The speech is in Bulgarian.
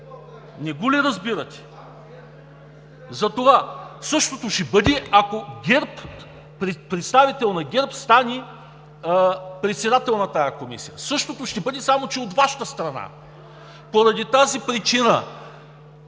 Не го ли разбирате? Същото ще бъде, ако представител на ГЕРБ стане председател на тази комисия, същото ще бъде, само че от Ваша страна. Поради тази причина